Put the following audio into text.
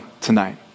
tonight